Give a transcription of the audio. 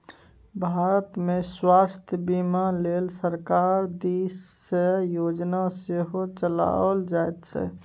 भारतमे स्वास्थ्य बीमाक लेल सरकार दिससँ योजना सेहो चलाओल जाइत छै